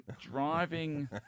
driving